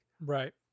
Right